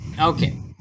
Okay